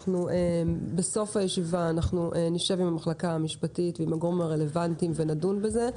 בסוף הישיבה נשב עם הייעוץ המשפטי של הוועדה ונדון בזה.